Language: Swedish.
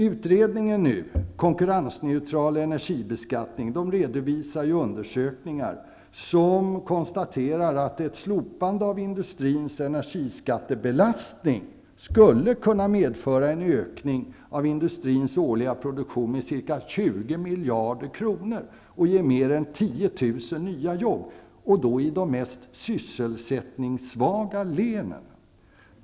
Utredningen Konkurrensneutral energibeskattning redovisar undersökningar som konstaterar att ett slopande av industrins energiskattebelastning skulle kunna medföra en ökning av industrins årliga produktion med ca 20 miljarder kronor och ge mer än 10 000 nya jobb, och detta i de mest sysselsättningssvaga länen.